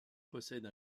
possède